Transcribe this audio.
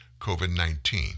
COVID-19